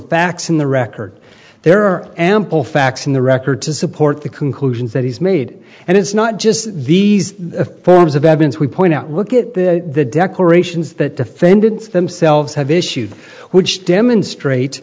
facts in the record there are ample facts in the record to support the conclusions that he's made and it's not just these forms of evidence we point out look at the declarations that defendants themselves have issued which demonstrate